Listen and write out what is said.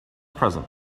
present